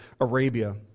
Arabia